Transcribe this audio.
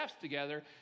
together